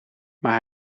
maar